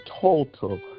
total